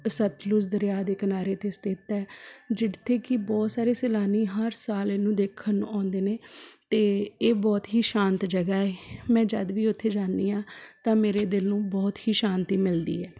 ਸਤਲੁਜ ਦਰਿਆ ਦੇ ਕਿਨਾਰੇ 'ਤੇ ਸਥਿਤ ਹੈ ਜਿੱਥੇ ਕਿ ਬਹੁਤ ਸਾਰੇ ਸੈਲਾਨੀ ਹਰ ਸਾਲ ਇਹਨੂੰ ਦੇਖਣ ਨੂੰ ਆਉਂਦੇ ਨੇ ਅਤੇ ਇਹ ਬਹੁਤ ਹੀ ਸ਼ਾਂਤ ਜਗ੍ਹਾ ਹੈ ਮੈਂ ਜਦ ਵੀ ਉੱਥੇ ਜਾਂਦੀ ਹਾਂ ਤਾਂ ਮੇਰੇ ਦਿਲ ਨੂੰ ਬਹੁਤ ਹੀ ਸ਼ਾਂਤੀ ਮਿਲਦੀ ਹੈ